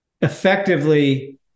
Effectively